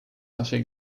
naszej